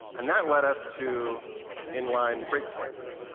and that led us to inline breakpoints.